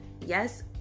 yes